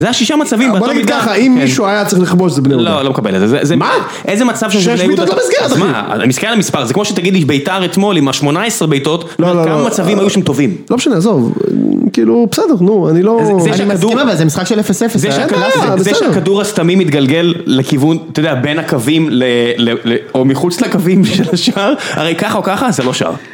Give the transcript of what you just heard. זה השישה מצבים, בוא נגיד ככה אם מישהו היה צריך לכבוש זה בני יהודה, לא, לא מקבל את זה זה, זה מה? איזה מצב של בני יהודה, שש בעיטות למסגרת אחי, שמע.. למספר זה כמו שתגיד לי ביתר אתמול עם השמונה עשרה בעיטות, לא לא לא, כמה מצבים היו שם טובים לא משנה עזוב, כאילו בסדר נו, אני לא..זה משחק של אפס אפס זה שהכדור הסתמי מתגלגל לכיוון בין הקווים ל..ל.. או מחוץ לקווים של השער הרי ככה או ככה זה לא שער